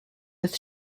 with